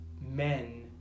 men